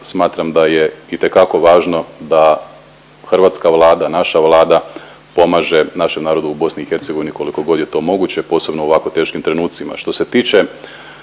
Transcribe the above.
Smatram da je itekako važno da hrvatska Vlada, naša Vlada pomaže našem narodu u BiH koliko god je to moguće posebno u ovako teškim trenucima.